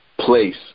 place